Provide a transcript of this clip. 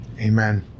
Amen